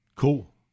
Cool